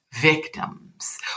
victims